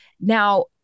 Now